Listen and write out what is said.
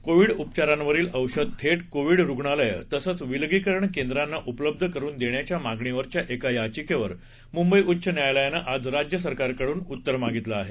Covid उपचारावरील औषधी थेट कोविड रुग्णालयं तसंच विलगीकरण केंद्रांना उपलब्ध करून देण्याच्या मागणीवरच्या का याचिकेवर मुंबई उच्च न्यायालयानं राज्य सरकारकडून उत्तर मागितलं आहे